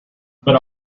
but